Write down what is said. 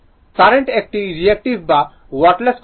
current একটি reactive বা wattless component